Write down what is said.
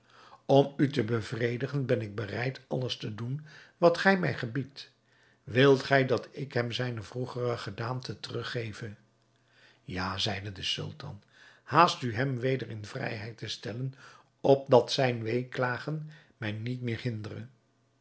om u te bevredigen ben ik bereid alles te doen wat gij mij gebiedt wilt gij dat ik hem zijne vroegere gedaante teruggeve ja zeide de sultan haast u hem weder in vrijheid te stellen opdat zijn weeklagen mij niet meer hindere